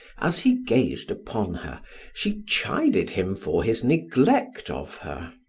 as he gazed upon her she chided him for his neglect of her.